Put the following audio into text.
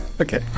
Okay